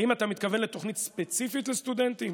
האם אתה מתכוון לתוכנית ספציפית לסטודנטים?